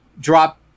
drop